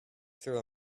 through